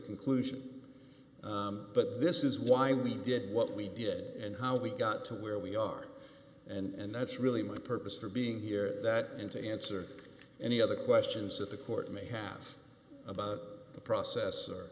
conclusion but this is why we did what we did and how we got to where we are and that's really my purpose for being here that and to answer any other questions that the court may have about the process or